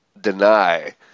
deny